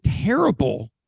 terrible